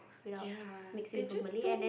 ya they just don't